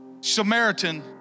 Samaritan